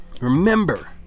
Remember